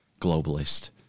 globalist